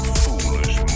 foolish